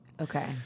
Okay